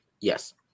Yes